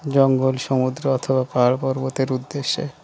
জঙ্গল সমুদ্র অথবা পাহাড় পর্বতের উদ্দেশ্যে